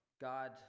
God